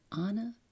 Anna